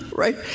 Right